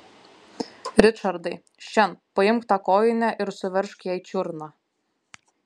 ričardai šen paimk tą kojinę ir suveržk jai čiurną